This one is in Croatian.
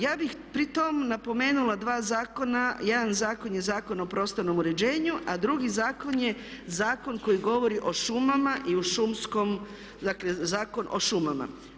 Ja bi pri tom napomenula dva zakona, jedan Zakon je Zakon o prostornom uređenju, a drugi zakon je zakon koji govori o šumama i o šumskom, dakle Zakon o šumama.